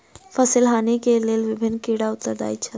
फसिल हानि के लेल विभिन्न कीड़ा उत्तरदायी छल